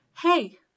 hey